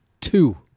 two